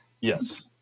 yes